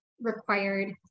required